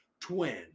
twin